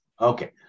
Okay